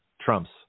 Trump's